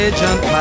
Agent